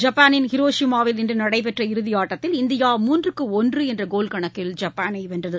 ஜப்பானின் ஹிரோசிமாவில் இன்று நடைபெற்ற இறுதியாட்டத்தில் இந்தியா மூன்றுக்கு ஒன்று என்ற கோல்கணக்கில ஐப்பானை வென்றது